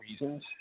reasons